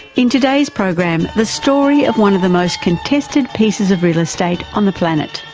in today's program, the story of one of the most contested pieces of real estate on the planet.